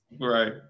Right